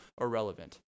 irrelevant